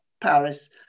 Paris